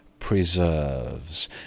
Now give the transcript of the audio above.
PRESERVES